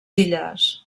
illes